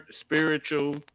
Spiritual